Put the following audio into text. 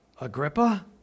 Agrippa